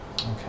Okay